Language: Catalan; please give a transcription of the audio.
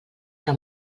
que